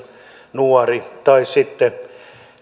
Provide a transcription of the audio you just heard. nuori tai sitten